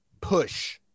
Push